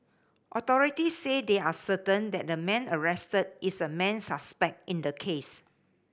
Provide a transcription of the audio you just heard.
authorities said they are certain that the man arrested is a main suspect in the case